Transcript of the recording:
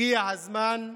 הגיע הזמן,